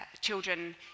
children